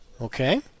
okay